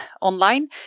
online